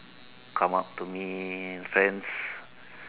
come out to meet friends